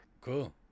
Cool